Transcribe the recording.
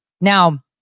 Now